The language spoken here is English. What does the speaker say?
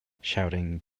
shouting